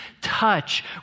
touch